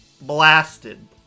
blasted